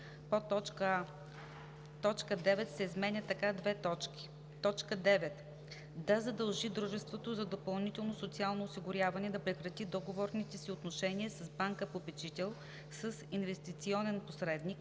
а) точка 9 се изменя така: „9. да задължи дружеството за допълнително социално осигуряване да прекрати договорните си отношения с банка-попечител, с инвестиционен посредник,